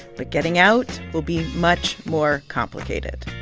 but getting out will be much more complicated